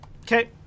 Okay